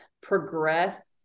progress